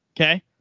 okay